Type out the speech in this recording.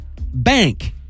BANK